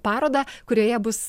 parodą kurioje bus